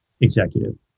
executive